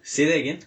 say that again